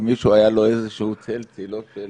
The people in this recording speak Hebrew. אם למישהו היה איזשהו צל של ספק.